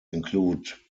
include